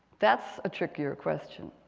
that's a trickier question.